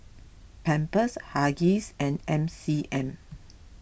Pampers Huggies and M C M